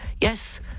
Yes